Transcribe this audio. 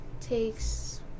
takes